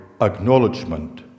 acknowledgement